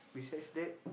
besides that